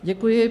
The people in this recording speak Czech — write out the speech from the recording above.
Děkuji.